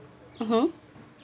mmhmm